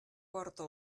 porta